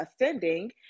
ascending